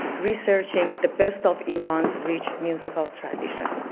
researching the best of iran's rich musical tradition.